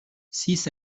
six